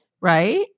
right